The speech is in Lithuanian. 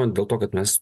dėl to kad mes